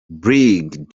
brig